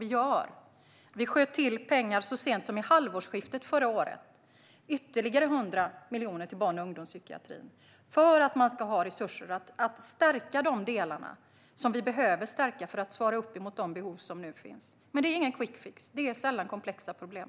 Regeringen sköt till pengar så sent som i halvårsskiftet förra året - ytterligare 100 miljoner till barn och ungdomspsykiatrin - för att det ska finnas resurser att stärka de delar som behövs för att svara mot behoven. Men det är ingen quickfix. Det är sällan så för komplexa problem.